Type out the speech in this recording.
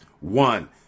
one